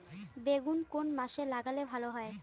বেগুন কোন মাসে লাগালে ভালো হয়?